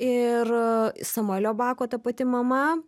ir samuelio bako ta pati mama